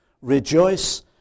rejoice